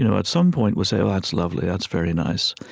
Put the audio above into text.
you know at some point, we'll say, oh, that's lovely, that's very nice.